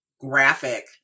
graphic